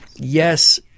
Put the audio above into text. Yes